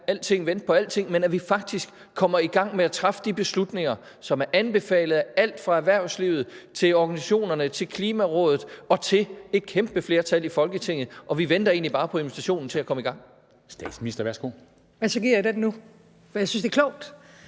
alting vente på alting, men at vi faktisk kommer i gang med at træffe de beslutninger, som anbefales af alt fra erhvervslivet og organisationerne til Klimarådet og et kæmpe flertal i Folketinget. Og vi venter egentlig bare på invitationen til at komme i gang.